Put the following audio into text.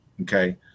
okay